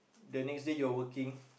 the next day you're working